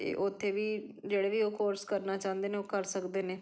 ਅਤੇ ਉੱਥੇ ਵੀ ਜਿਹੜੇ ਵੀ ਉਹ ਕੋਰਸ ਕਰਨਾ ਚਾਹੁੰਦੇ ਨੇ ਉਹ ਕਰ ਸਕਦੇ ਨੇ